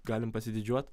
galim pasididžiuot